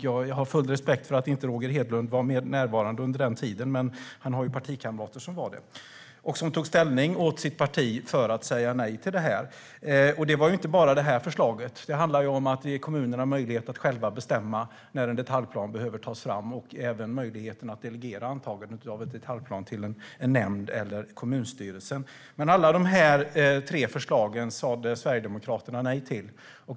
Jag har full respekt för att Roger Hedlund inte var närvarande under den tiden, men han har partikamrater som var det. De tog ställning åt sitt parti och sa nej till detta. Det gällde inte bara det här förslaget. Det handlade också om att ge kommunerna möjlighet att själva bestämma när en detaljplan behöver tas fram och även möjlighet att delegera antagandet av en detaljplan till en nämnd eller kommunstyrelsen. Men alla de tre förslagen sa Sverigedemokraterna nej till.